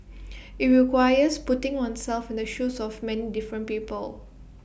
IT requires putting oneself in the shoes of many different people